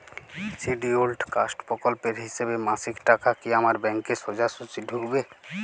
Scheduled caste প্রকল্পের হিসেবে মাসিক টাকা কি আমার ব্যাংকে সোজাসুজি ঢুকবে?